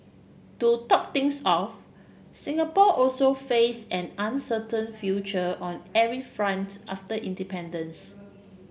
to top things off Singapore also face an uncertain future on every front after independence